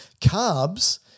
carbs